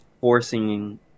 forcing